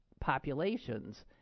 populations